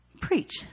Preach